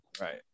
Right